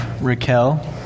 Raquel